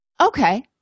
Okay